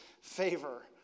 favor